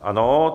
Ano.